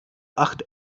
acht